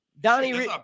Donnie